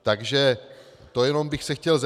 Takže to jenom bych se chtěl zeptat.